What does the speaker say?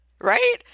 right